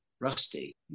rusty